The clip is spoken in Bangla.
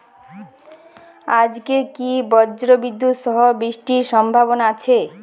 আজকে কি ব্রর্জবিদুৎ সহ বৃষ্টির সম্ভাবনা আছে?